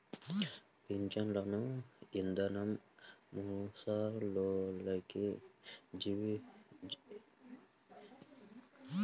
పింఛను ఇదానం ముసలోల్లకి, వితంతువులకు, వికలాంగులకు, చిన్నచిన్న కార్మికులకు ఉపయోగపడతది